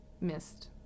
missed